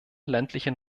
ländlichen